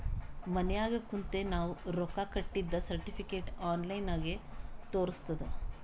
ಮನ್ಯಾಗ ಕುಂತೆ ನಾವ್ ರೊಕ್ಕಾ ಕಟ್ಟಿದ್ದ ಸರ್ಟಿಫಿಕೇಟ್ ಆನ್ಲೈನ್ ನಾಗೆ ತೋರಸ್ತುದ್